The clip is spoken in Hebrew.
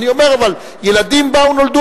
אבל אני אומר: ילדים נולדו.